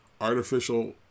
artificial